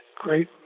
great